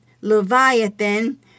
leviathan